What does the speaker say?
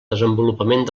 desenvolupament